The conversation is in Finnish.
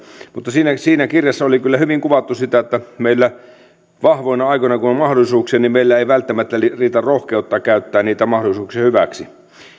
mutta siinä kirjassa oli kyllä hyvin kuvattu sitä että kun meillä vahvoina aikoina on mahdollisuuksia ei välttämättä riitä rohkeutta käyttää niitä mahdollisuuksia hyväksi